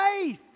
faith